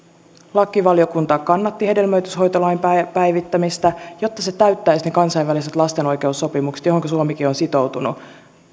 lakivaliokunta kannatti hedelmöityshoitolain päivittämistä jotta se täyttäisi ne kansainväliset las tenoikeussopimukset joihinka suomikin on on sitoutunut